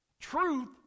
Truth